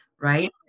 right